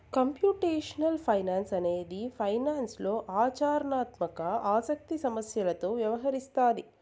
computational finance అనేది ఫైనాన్స్లో ఆచరణాత్మక ఆసక్తి సమస్యలతో వ్యవహరిస్తాది